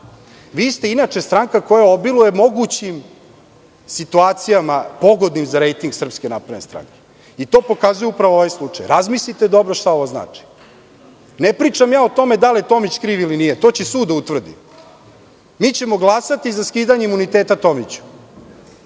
Vi ste inače stranka koja obiluje mogućim situacijama pogodnim za rejting Srpske napredne stranke. To pokazuje upravo ovaj slučaj. Razmislite dobro šta ovo znači. Ne pričam ja o tome da li je Tomić kriv ili nije, to će sud da utvrdi. Mi ćemo glasati za skidanje imuniteta Tomiću.